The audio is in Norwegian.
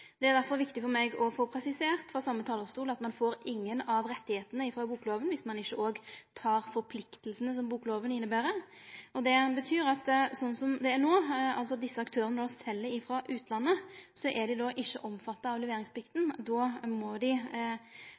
Det er derfor viktig for meg å få presisert frå same talarstol at ein ikkje får rettane frå bokloven viss ein ikkje òg tar forpliktingane som bokloven inneber. Det betyr at slik som det er no – at desse aktørane sel frå utlandet – er dei ikkje omfatta av leveringsplikta. Dei må